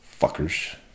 Fuckers